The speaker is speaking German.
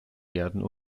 gärten